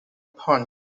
punch